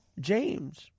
James